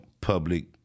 public